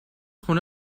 خونه